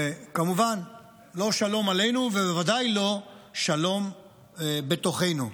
וכמובן לא שלום עלינו, ובוודאי לא שלום בתוכנו.